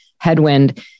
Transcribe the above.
headwind